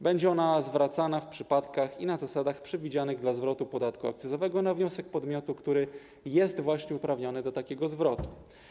Będzie ona zwracana w przypadkach i na zasadach przewidzianych dla zwrotu podatku akcyzowego na wniosek podmiotu, który jest właśnie uprawniony do takiego zwrotu.